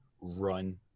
run